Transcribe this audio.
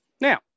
now